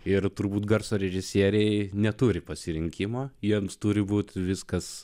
ir turbūt garso režisieriai neturi pasirinkimo jiems turi būti viskas